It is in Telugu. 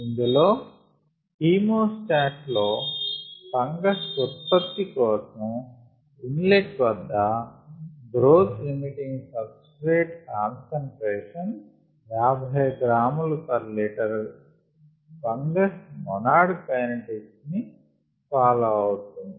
ఇందులో ఖీమో స్టాట్ లో ఫంగస్ ఉత్పత్తి కోసం ఇన్ లెట్ వద్ద growth limiting substrate concentration 50 grams per liter fungus Monod kinetics ని ఫాలో అవుతుంది